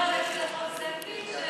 מותר ללכת לאכול סנדוויץ'?